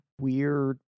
weird